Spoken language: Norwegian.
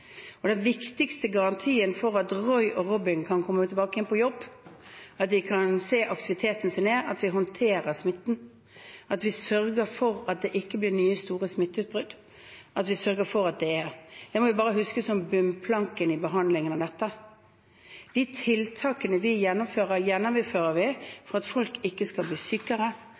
den. Den viktigste garantien for at Roy og Robin kan komme tilbake igjen på jobb, at de kan se aktiviteten sin, er at vi håndterer smitten, at vi sørger for at det ikke blir nye, store smitteutbrudd, at vi sørger for at de er her. Det må vi bare huske som bunnplanken i behandlingen av dette. De tiltakene vi gjennomfører, gjennomfører vi for at folk ikke skal bli sykere,